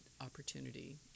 opportunity